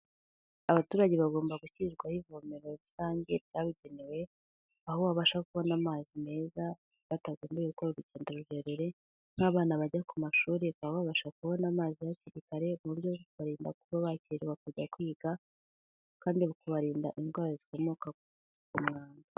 Abaturage bagomba gushyirwaho ivomero rusange ryabugenewe, aho babasha kubona amazi meza batagombeye gukora urugendo rurerure nk'abana bajya ku mashuri bakaba babasha kubona amazi hakiri kare, ku buryo bikabarinda kuba bakererwa kujya kwiga kandi bikabarinda indwara zikomoka ku mwanda.